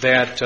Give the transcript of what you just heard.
that